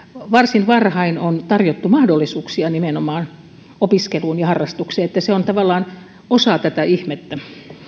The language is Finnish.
varsin varhain on nimenomaan tarjottu mahdollisuuksia opiskeluun ja harrastukseen se on tavallaan osa tätä ihmettä